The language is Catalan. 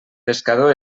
pescador